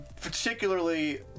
Particularly